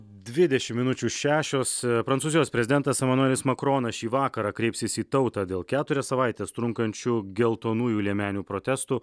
dvidešimt minučių šešios prancūzijos prezidentas emanuelis makronas šį vakarą kreipsis į tautą dėl keturias savaites trunkančių geltonųjų liemenių protestų